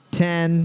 ten